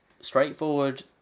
straightforward